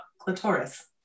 clitoris